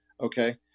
Okay